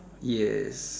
yes